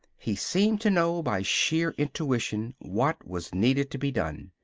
he seemed to know by sheer intuition what was needed to be done.